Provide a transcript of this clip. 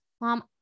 mom